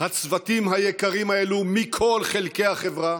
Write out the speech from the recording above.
הצוותים היקרים האלה מכל חלקי החברה,